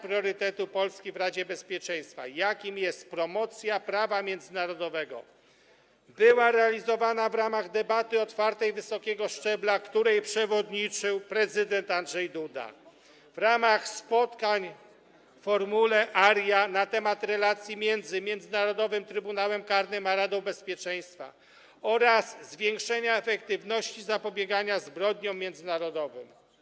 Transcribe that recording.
Priorytet Polski w Radzie Bezpieczeństwa, jakim jest promocja prawa międzynarodowego, był realizowany w ramach debaty otwartej wysokiego szczebla, której przewodniczył prezydent Andrzej Duda, w ramach spotkań w formule Aria na temat relacji między Międzynarodowym Trybunałem Karnym a Radą Bezpieczeństwa oraz zwiększenia efektywności zapobiegania zbrodniom międzynarodowym.